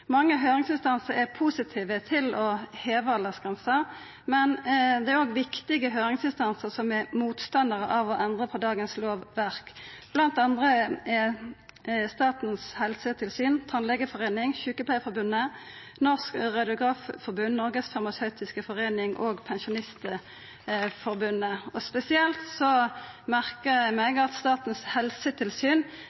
Mange høyringsinstansar er positive til å heva aldersgrensa, men det er òg viktige høyringsinstansar som er motstandarar av å endra på dagens lovverk, bl.a. Statens helsetilsyn, Tannlegeforeningen, Sykepleierforbundet, Norsk Radiografforbund, Norges Farmaceutiske Forening og Pensjonistforbundet. Spesielt merkar eg meg at Statens helsetilsyn